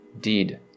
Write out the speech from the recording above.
deed